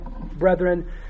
brethren